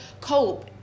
cope